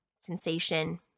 sensation